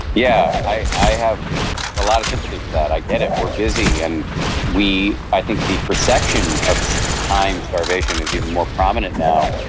yeah. i i have a lot of sympathy for that. i get it. we're busy, and i i think the perception of time starvation is even more prominent now,